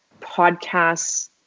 podcasts